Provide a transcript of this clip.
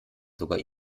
sogar